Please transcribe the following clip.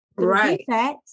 Right